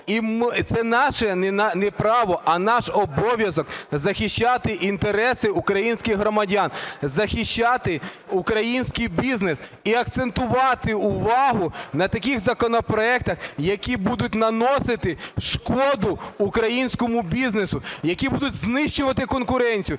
Це наше не право, а наш обов'язок захищати інтереси українських громадян, захищати український бізнес і акцентувати увагу на таких законопроектах, які будуть наносити шкоду українському бізнесу, які будуть знищувати конкуренцію,